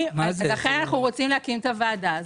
לכן אנחנו רוצים להקים את הוועדה.